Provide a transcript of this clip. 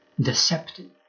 deceptive